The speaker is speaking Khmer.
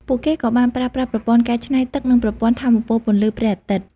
ពួកគេក៏បានប្រើប្រាស់ប្រព័ន្ធកែច្នៃទឹកនិងប្រព័ន្ធថាមពលពន្លឺព្រះអាទិត្យ។